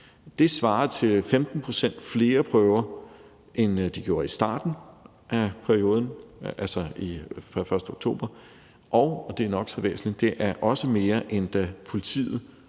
det svarer til 15 pct. flere prøver end i starten af perioden, altså før 1. oktober, og – og det er nok så væsentligt – det er også mere, end da politiet